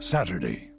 Saturday